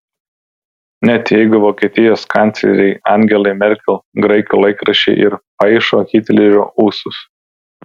net jeigu vokietijos kanclerei angelai merkel graikų laikraščiai ir paišo hitlerio ūsus